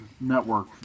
network